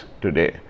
today